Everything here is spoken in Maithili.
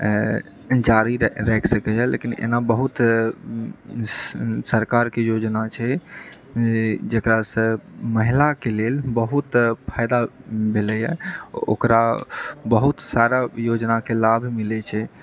जारी राखि सकैए लेकिन एना बहुत सरकारके योजना छै जे जकरासँ महिलाके लेल बहुत फायदा भेलैए ओकरा बहुत सारा योजनाके लाभ मिलैत छै